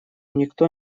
никто